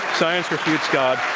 science refutes god,